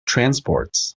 transports